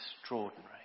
extraordinary